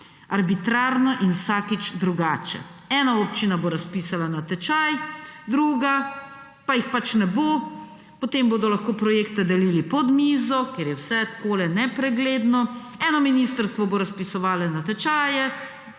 arbitrarno in vsakič drugače. Ena občina bo razpisala natečaje, druga pa jih pač ne bo, potem bodo lahko projekte delili pod mizo, ker je vse takole nepregledno, eno ministrstvo bo razpisovalo natečaje,